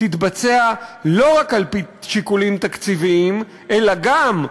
תתבצע לא רק על-פי שיקולים תקציביים אלא גם,